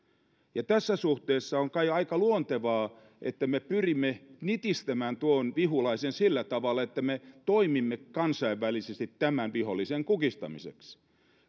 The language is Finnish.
tässä suhteessa on kai aika luontevaa että me pyrimme nitistämään tuon vihulaisen sillä tavalla että me toimimme kansainvälisesti tämän vihollisen kukistamiseksi